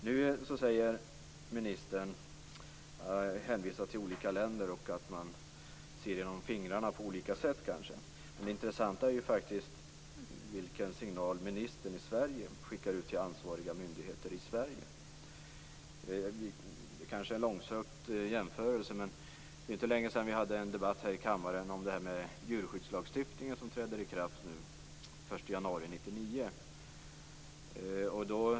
Nu hänvisar ministern till olika länder och att man kanske ser genom fingrarna på olika sätt. Det intressanta är faktiskt vilken signal ministern i Sverige skickar ut till ansvariga myndigheter i Sverige. Det kanske är en långsökt jämförelse, men det är inte länge sedan vi hade en debatt här i kammaren om djurskyddslagstiftningen som träder i kraft den 1 januari 1999.